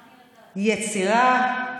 יצירה.